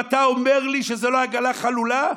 ואתה אומר לי שזו לא עגלה חלולה?